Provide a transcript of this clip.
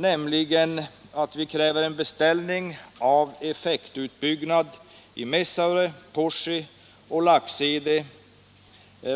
I motionen begärs att riksdagen hos regeringen skall beställa effektutbyggnader vid kraftverken i Messaure, Porsi och Laxede.